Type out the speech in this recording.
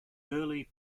early